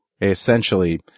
essentially